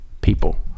people